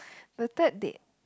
the third date